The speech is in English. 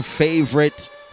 favorite